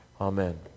Amen